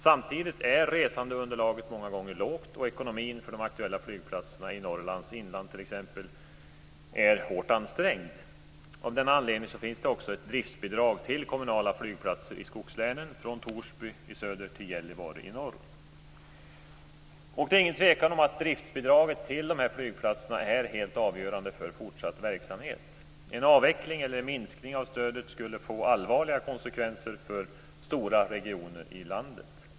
Samtidigt är resandeunderlaget många gånger lågt, och ekonomin för de aktuella flygplatserna i t.ex. Norrlands inland är hårt ansträngd. Av den anledningen finns det också ett driftsbidrag till kommunala flygplatser i skogslänen, från Torsby i söder till Gällivare i norr. Det är ingen tvekan om att driftsbidraget till dessa flygplatser är helt avgörande för fortsatt verksamhet. En avveckling eller minskning av stödet skulle få allvarliga konsekvenser för stora regioner i landet.